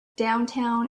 downtown